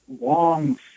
long